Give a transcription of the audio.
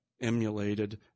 emulated